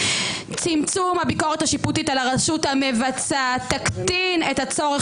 צמצום הביקורת השיפוטית על הרשות המבצעת תקטין את הצורך